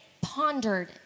pondered